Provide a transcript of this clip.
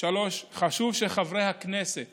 חשוב שחברי הכנסת